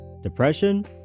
depression